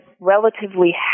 relatively